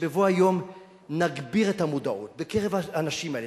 שבבוא היום נגביר את המודעות בקרב האנשים האלה,